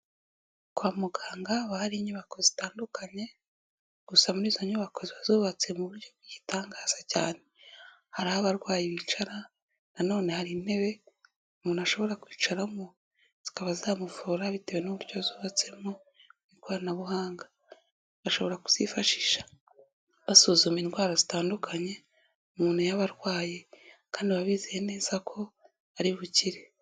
Kwa muganga haba hari inyubako zitandukanye, gusa muri izo nyubako ziba zubatse mu buryo bw'igitangaza cyane, hari aho abarwayi bicara nanone hari intebe umuntu ashobora kwicaramo zikaba zamuvura bitewe n'uburyo zubatsemo mu ikoranabuhanga, bashobora kuzifashisha basuzuma indwara zitandukanye umuntu yaba arwaye kandi baba bizeye neza ko ari bukire.